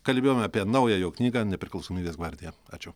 kalbėjome apie naują jo knygą nepriklausomybės gvardija ačiū